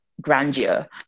grandeur